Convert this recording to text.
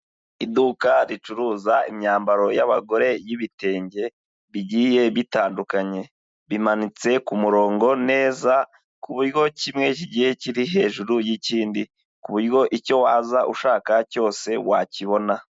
Iduka ricuruza imyambaro y'abagore y'ibitenge bigiye bitandukanye, bimanitse ku murongo neza, ku buryo kimwe kigiye kiri hejuru y'ikindi, ku buryo icyo uza ushaka cyose wakibona.